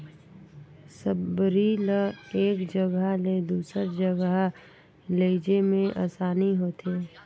सबरी ल एक जगहा ले दूसर जगहा लेइजे मे असानी होथे